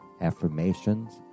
affirmations